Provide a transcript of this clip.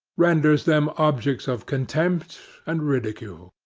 renders them objects of contempt and ridicule.